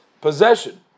possession